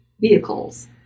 vehicles